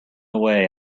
away